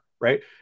right